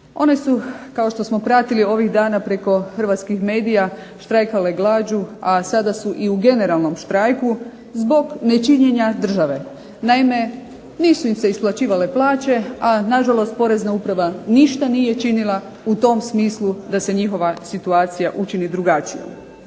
One su k ao što smo pratili ovih dana preko hrvatskih medija štrajkale glađu, a sada su i u generalnom štrajku zbog nečinjenja države. Naime, nisu im se isplaćivale plaće, a na žalost Porezna uprava ništa nije učinila u tom smislu da se njihova situacija učini drugačijom.